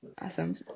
awesome